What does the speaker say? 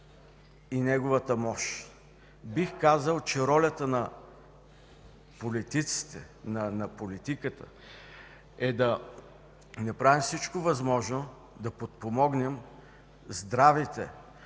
и неговата мощ. Бих казал, че ролята на политиката, на политиците е да направим всичко възможно да подпомогнем здравите,